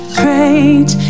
great